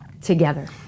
together